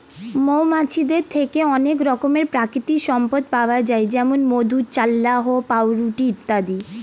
মৌমাছিদের থেকে অনেক রকমের প্রাকৃতিক সম্পদ পাওয়া যায় যেমন মধু, চাল্লাহ্ পাউরুটি ইত্যাদি